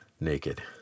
naked